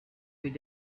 read